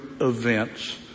events